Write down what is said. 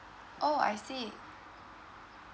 oh I see